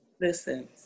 Listen